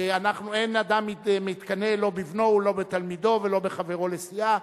ואין אדם מתקנא לא בבנו ולא בתלמידו ולא בחברו לסיעה,